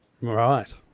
Right